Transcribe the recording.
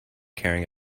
carrying